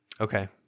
okay